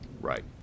right